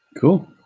Cool